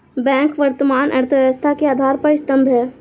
bank वर्तमान अर्थव्यवस्था के आधार स्तंभ है